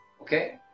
Okay